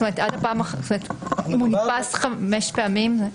זאת אומרת, אם הוא נתפס חמש פעמים?